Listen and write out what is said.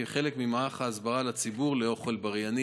כחלק ממערך ההסברה לציבור לאוכל בריא.